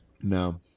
No